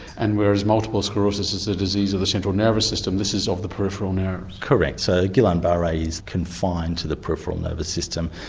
and whereas multiple sclerosis is a disease of the central nervous system, this is of the peripheral nerve. correct, so guillaine-barre is confined to the peripheral nervous system,